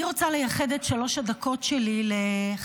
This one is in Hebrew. אני רוצה לייחד את שלוש הדקות שלי לחטופי,